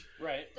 Right